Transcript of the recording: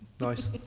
nice